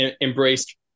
embraced